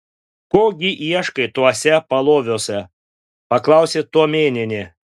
ko gi ieškai tuose paloviuose paklausė tuomėnienė